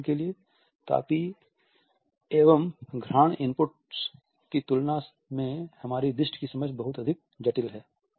उदाहरण के लिए तापीय एवं घ्राण इनपुट्स की तुलना में हमारी दृष्टि की समझ बहुत अधिक जटिल है